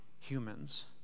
humans